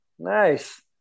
Nice